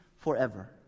forever